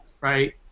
right